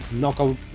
knockout